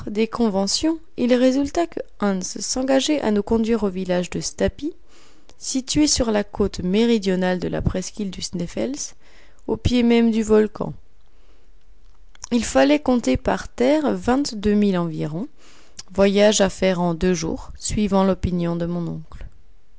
des conventions il résulta que hans s'engageait à nous conduire au village de stapi situé sur la côte méridionale de la presqu'île du sneffels au pied même du volcan il fallait compter par terre vingt-deux milles environ voyage à faire en deux jours suivant l'opinion de mon oncle